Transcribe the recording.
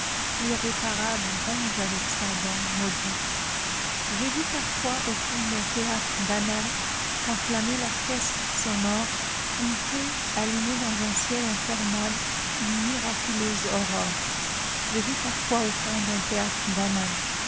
l'irréparable ronge avec sa dent maudite j'ai vu parfois au fond d'un théâtre banal qu'enflammait l'orchestre sonore une fée allumer dans un ciel infernal une miraculeuse aurore j'ai vu parfois au fond d'un théâtre banal